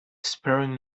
sparing